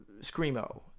Screamo